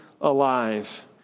alive